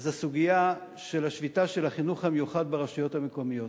זה הסוגיה של השביתה של החינוך המיוחד ברשויות המקומיות.